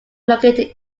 located